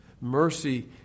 Mercy